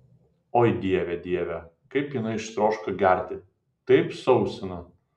oi dieve dieve kaip jinai ištroško gerti taip sausina